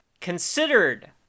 considered